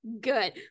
good